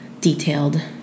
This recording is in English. detailed